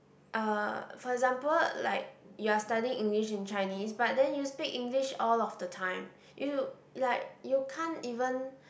uh for example like you are studying English and Chinese but then you speak English all of the time you like you can't even